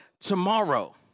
Tomorrow